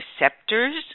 receptors